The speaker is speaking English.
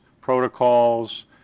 protocols